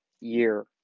year